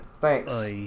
Thanks